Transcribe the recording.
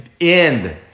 end